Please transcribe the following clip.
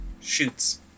shoots